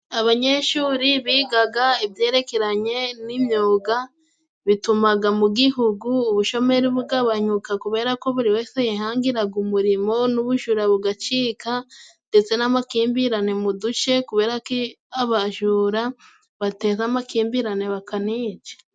Abanyeshuri bigaga ibyerekeranye n'imyuga bitumaga mu gihugu ubushomeri bugabanyuka, kuberako buri wese yihangiraga umurimo n'ubujura bugacika ndetse n'amakimbirane mu duce ,kuberako abajura bateza amakimbirane bakanica.